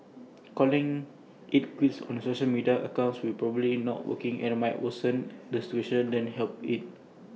calling IT quits on your social media accounts will probably not work and might worsen the situation than help IT